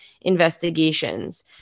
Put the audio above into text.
investigations